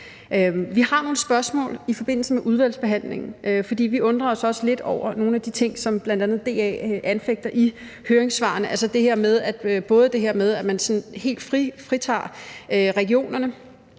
Vi har nogle spørgsmål i forbindelse med udvalgsbehandlingen, for vi undrer os også lidt over nogle af de ting, som bl.a. DA anfægter i høringssvaret, altså både det her med, at man sådan helt fritager regionerne